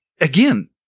again